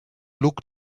look